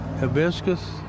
hibiscus